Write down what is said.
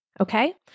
Okay